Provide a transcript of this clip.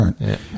right